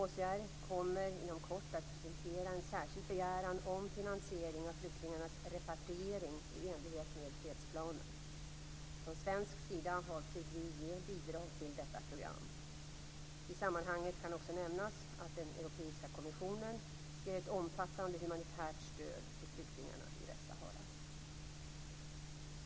UNHCR kommer inom kort att presentera en särskild begäran om finansiering av flyktingarnas repatriering i enlighet med fredsplanen. Från svensk sida avser vi att ge bidrag till detta program. I sammanhanget kan också nämnas att Europeiska kommissionen ger ett omfattande humanitärt stöd till flyktingarna i Västsahara.